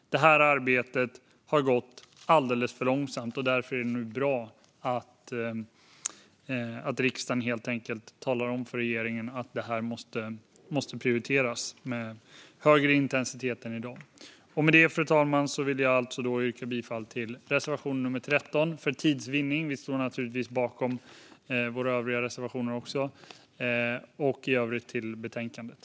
Det arbetet har gått alldeles för långsamt, och därför är det bra att riksdagen nu talar om för regeringen att det måste prioriteras med större intensitet än i dag. Med det, fru talman, yrkar jag alltså bifall till reservation nummer 13 - för tids vinnande endast till den, men vi står naturligtvis bakom också våra övriga reservationer - och i övrigt till förslaget i betänkandet.